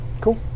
cool